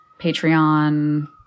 Patreon